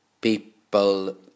people